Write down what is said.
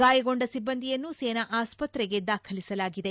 ಗಾಯಗೊಂಡ ಸಿಬ್ಬಂದಿಯನ್ನು ಸೇನಾ ಅಸ್ವತ್ರೆಗೆ ದಾಖಲಿಸಲಾಗಿದೆ